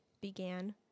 began